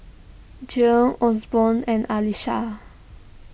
Gil Osborn and Alysha